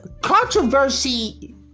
controversy